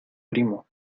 primo